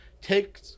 Take